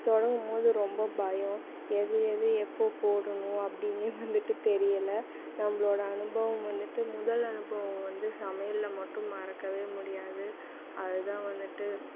தொடங்கும்போது ரொம்ப பயம் எது எது எப்போது போடணும் அப்படின்னே வந்துட்டு தெரியலை நம்மளோட அனுபவம் வந்துட்டு முதல் அனுபவம் வந்து சமையலில் மட்டும் மறக்கவே முடியாது அதுதான் வந்துட்டு